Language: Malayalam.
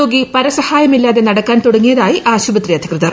രോഗ്ലീ പ്രസഹായമില്ലാതെ നടക്കാൻ തുടങ്ങിയതായി ആശുപത്രി അധികൃതർ